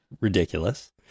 ridiculous